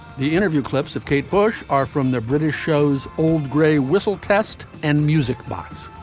the interview clips of kate bush are from the british show's old grey whistle test and music box.